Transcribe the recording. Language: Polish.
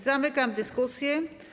Zamykam dyskusję.